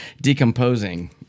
Decomposing